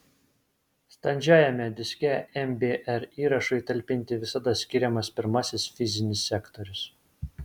standžiajame diske mbr įrašui talpinti visada skiriamas pirmasis fizinis sektorius